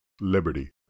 liberty